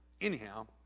Anyhow